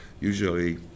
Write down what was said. Usually